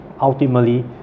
ultimately